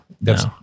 No